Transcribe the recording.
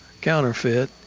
counterfeit